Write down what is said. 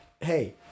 hey